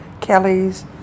Kelly's